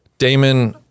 Damon